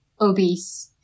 obese